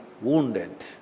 wounded